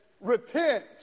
repent